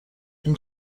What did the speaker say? این